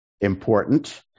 important